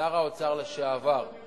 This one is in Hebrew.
שר האוצר לשעבר,